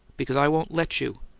because i won't let you.